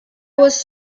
was